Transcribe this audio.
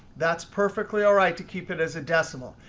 that's perfectly all right to keep it as a decimal.